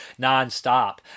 nonstop